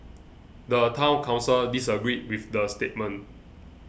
the Town Council disagreed with the statement